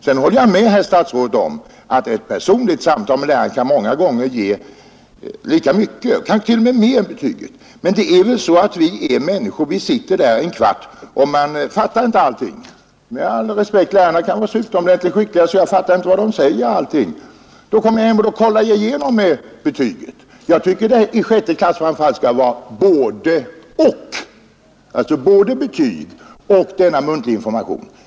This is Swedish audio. Jag häller med statsrådet om att ett personligt samtal med lärarna manga gånger kan ge lika mycket eller mer än ett betyg. Men vi är bara människor. vi sitter där kanske en kvart och fattar inte allt. Lärarna kan vara så utomordentligt skickliga att jag inte tattar vad de säger. Da kollar jag betygen när jag kommer hem. Jag tvcker att det. framför allt i sjätte klass, skall vara badeoch. alltsa bade betyg och muntlig information.